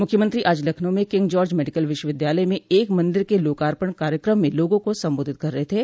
मुख्यमंत्री आज लखनऊ में किंग जार्ज मेडिकल विश्वविद्यालय में एक मन्दिर के लोकार्पण कार्यक्रम में लोगों को सम्बोधित कर रहे थे